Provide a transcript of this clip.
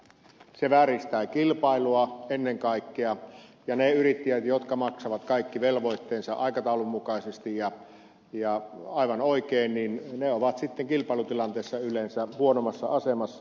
se vääristää kilpailua ennen kaikkea ja ne yrittäjät jotka maksavat kaikki velvoitteensa aikataulun mukaisesti ja aivan oikein ovat sitten kilpailutilanteessa yleensä huonommassa asemassa